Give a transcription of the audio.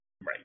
Right